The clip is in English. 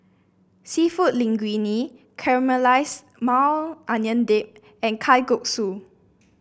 seafood Linguine Caramelized Maui Onion Dip and Kalguksu